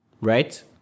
right